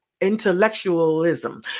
intellectualism